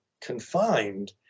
confined